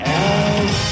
else